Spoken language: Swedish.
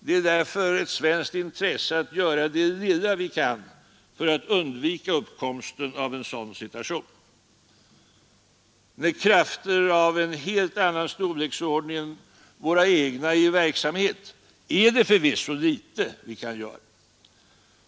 Det är därför ett svenskt intresse att göra det lilla vi kan för att undvika uppkomsten av en sådan situation. När krafter av en helt annan storleksordning än våra egna är i verksamhet är det förvisso litet vi kan göra.